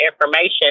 information